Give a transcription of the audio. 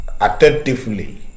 attentively